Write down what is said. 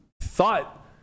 thought